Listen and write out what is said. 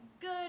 good